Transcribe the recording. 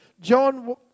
John